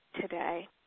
today